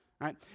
right